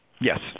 Yes